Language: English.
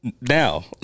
Now